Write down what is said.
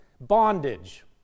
bondage